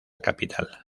capital